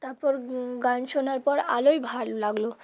তারপর গান শোনার পর আলোই ভালো লাগলো